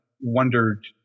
wondered